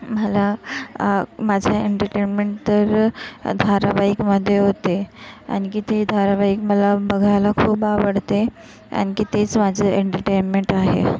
मला माझं एन्टरटेन्मेंट तर धारावाहिकमध्ये होते आणखी ते धारावाहिक मला बघायला खूप आवडते आणखी तेच माझं एन्टरटेन्मेंट आहे